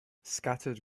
scattered